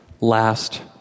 last